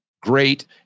great